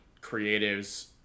creatives